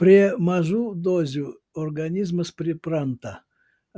prie mažų dozių organizmas pripranta